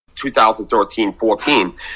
2013-14